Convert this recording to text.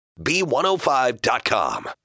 B105.com